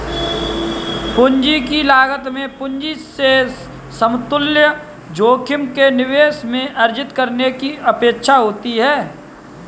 पूंजी की लागत में पूंजी से समतुल्य जोखिम के निवेश में अर्जित करने की अपेक्षा होती है